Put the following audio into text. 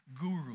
guru